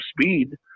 speed